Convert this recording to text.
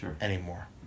anymore